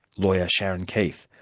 lawyer, sharon keith.